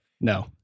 No